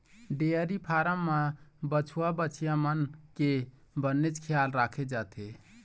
dairy farm म बछवा, बछिया मन के बनेच खियाल राखे जाथे